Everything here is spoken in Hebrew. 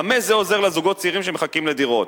במה זה עוזר לזוגות צעירים שמחכים לדירות?